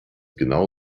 genau